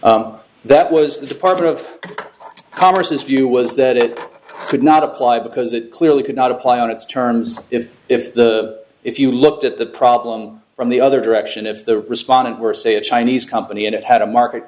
apply that was the department of commerce his view was that it could not apply because it clearly could not apply on its terms if if the if you looked at the problem from the other direction if the respondent were say a chinese company and it had a market